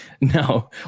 No